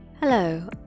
Hello